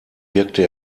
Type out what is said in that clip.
wirkte